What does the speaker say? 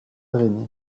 drainé